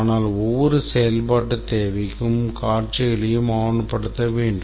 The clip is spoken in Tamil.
ஆனால் ஒவ்வொரு செயல்பாட்டுத் தேவைக்கும் காட்சிகளையும் ஆவணப்படுத்த வேண்டும்